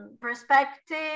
perspective